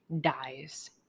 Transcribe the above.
dies